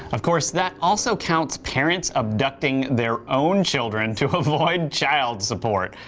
of course that also counts parents abducting their own children to avoid child support,